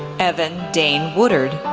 evan dane woodard,